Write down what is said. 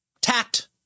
Tact